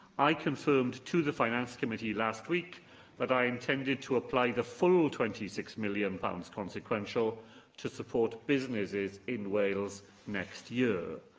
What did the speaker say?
i confirmed to the finance committee last week that i intended to apply the full twenty six million pounds consequential to support businesses in wales next year.